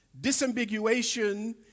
Disambiguation